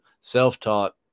self-taught